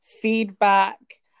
feedback